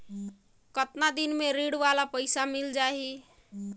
कतना दिन मे ऋण वाला पइसा मिल जाहि?